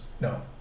no